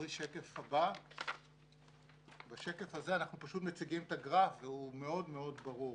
בשקף הזה אנחנו מציגים את הגרף והוא מאוד מאוד ברור.